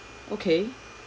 okay